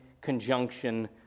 conjunction